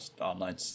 online